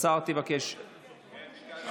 השר, תבקש, ביקשתי.